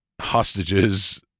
hostages